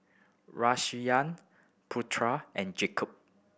Raisya Putera and Yaakob